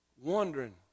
wondering